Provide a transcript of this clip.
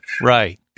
right